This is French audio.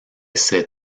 ces